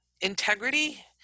integrity